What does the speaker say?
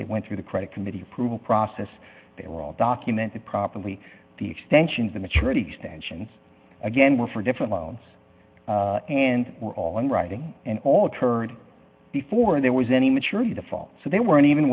they went through the credit committee approval process they were all documented properly the extension of the maturity sanctions again were for different loans and were all in writing and all turned before there was any maturity to fall so they weren't even